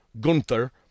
Gunther